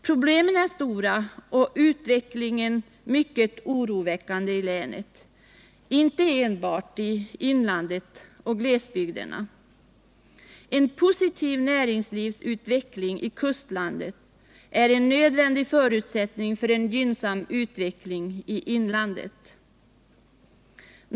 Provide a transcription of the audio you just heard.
Problemen är stora, och utvecklingen är mycket oroväckande i hela länet, inte enbart i inlandet och i glesbygderna. En positiv näringsutveckling i kustlandet är en nödvändig förutsättning för en gynnsam utveckling i inlandet.